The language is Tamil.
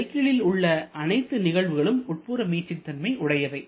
சைக்கிளில் உள்ள அனைத்து நிகழ்வுகளும் உட்புற மீட்சிதன்மை உடையவை